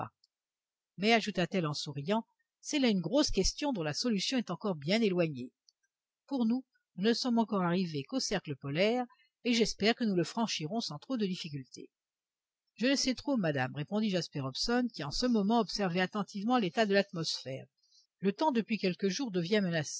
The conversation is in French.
mais ajouta-t-elle en souriant c'est là une grosse question dont la solution est encore bien éloignée pour nous nous ne sommes encore arrivés qu'au cercle polaire et j'espère que nous le franchirons sans trop de difficultés je ne sais trop madame répondit jasper hobson qui en ce moment observait attentivement l'état de l'atmosphère le temps depuis quelques jours